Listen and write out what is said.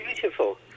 beautiful